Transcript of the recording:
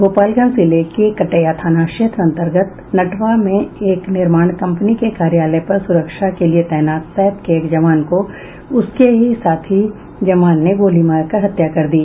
गोपालगंज जिले के कटेया थाना क्षेत्र अतंर्गत नटवा में एक निर्माण कंपनी के कार्यालय पर सुरक्षा के लिये तैनात सैप के एक जवान को उसके ही साथी जवान ने गोली मारकर हत्या कर दी